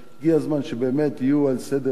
הגיע הזמן שבאמת הם יהיו על סדר-היום,